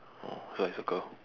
oh so I circle